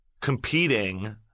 competing